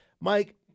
Mike